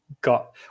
got